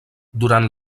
durant